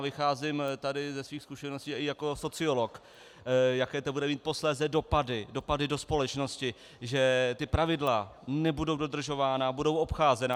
Vycházím tady ze svých zkušeností i jako sociolog, jaké to bude mít posléze dopady, dopady do společnosti, že ta pravidla nebudou dodržována, budou obcházena.